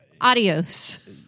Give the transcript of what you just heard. Adios